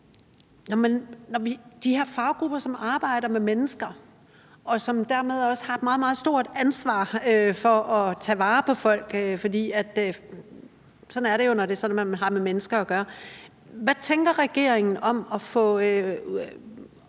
Når de her faggrupper arbejder med mennesker og dermed også har et meget, meget stort ansvar for at tage vare på folk – for sådan er det jo, når man har med mennesker at gøre – hvad tænker regeringen om at få